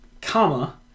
Comma